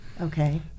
Okay